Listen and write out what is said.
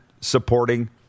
supporting